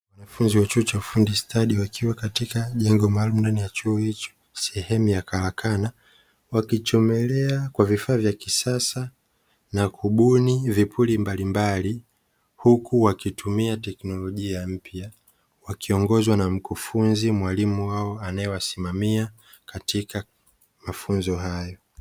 Wanafunzi wa chuo cha ufundi stadi wakiwa katika jengo maalumu ndani ya chuo hicho, sehemu ya karakana wakichomelea kwa vifaa vya kisasa na kubuni vipuri mbalimbali huku wakitumia teknolojia mpya. Wakiongozwa na mkufunzi mwalimu wao anaowasimamia katika mafunzo hayo.